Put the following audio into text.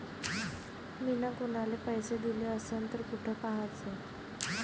मिन कुनाले पैसे दिले असन तर कुठ पाहाचं?